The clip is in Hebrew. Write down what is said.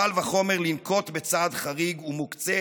קל וחומר לנקוט צעד חריג ומוקצה